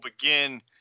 begin